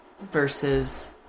versus